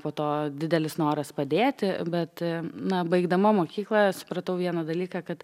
po to didelis noras padėti bet na baigdama mokyklą supratau vieną dalyką kad